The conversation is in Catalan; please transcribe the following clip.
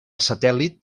satèl·lit